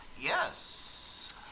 Yes